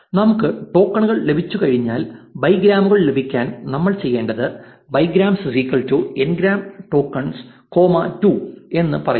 നമുക്ക് ടോക്കണുകൾ ലഭിച്ചു കഴിഞ്ഞാൽ ബൈഗ്രാമുകൾ ലഭിക്കാൻ നമ്മൾ ചെയ്യേണ്ടത് ബൈഗ്രാംസ് എൻഗ്രാം ടോക്കൺ കോമ 2 എന്ന് പറയുക